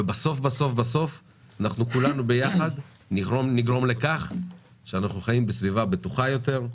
ובסוף בסוף כולנו ביחד נגרום לכך שאנחנו חיים בסביבה בטוחה יותר,